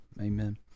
amen